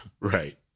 Right